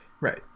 right